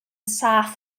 saff